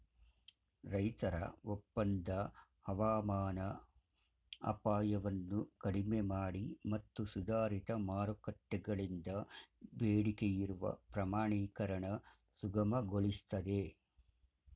ರೈತರ ಒಪ್ಪಂದ ಹವಾಮಾನ ಅಪಾಯವನ್ನು ಕಡಿಮೆಮಾಡಿ ಮತ್ತು ಸುಧಾರಿತ ಮಾರುಕಟ್ಟೆಗಳಿಂದ ಬೇಡಿಕೆಯಿರುವ ಪ್ರಮಾಣೀಕರಣ ಸುಗಮಗೊಳಿಸ್ತದೆ